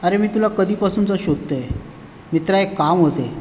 अरे मी तुला कधीपासूनच शोधत आहे मित्रा एक काम होते